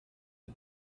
had